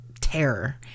terror